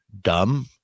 dumb